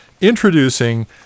introducing